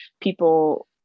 people